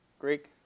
Greek